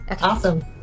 Awesome